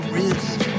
risk